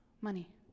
Money